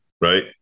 Right